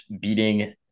beating